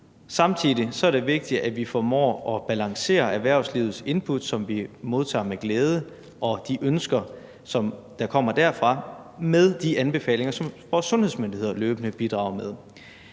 Samtidig er det vigtigt, at vi formår at balancere erhvervslivets inputs, som vi modtager med glæde, og de ønsker, som der kommer derfra, med de anbefalinger, som vores sundhedsmyndigheder løbende bidrager med.